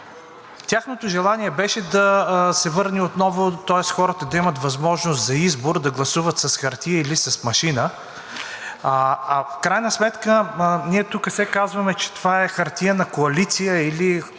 Тяхното желание беше да се върне отново, тоест хората да имат възможност за избор да гласуват с хартия или с машина. В крайна сметка ние тук сега смятаме, че това е хартиена коалиция или